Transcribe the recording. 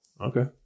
Okay